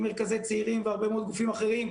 מרכזי צעירים והרבה מאוד גופים אחרים,